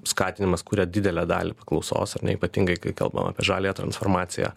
skatinimas kuria didelę dalį paklausos ar ne ypatingai kai kalbam apie žaliąją transformaciją